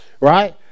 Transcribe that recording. right